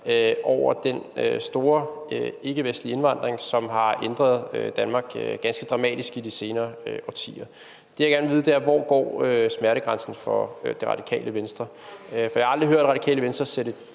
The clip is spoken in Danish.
over den store ikkevestlige indvandring, som har ændret Danmark ganske dramatisk over de senere årtier. Det, jeg gerne vil vide, er, hvor smertegrænsen går for Radikale Venstre. For jeg har aldrig hørt Radikale Venstre sætte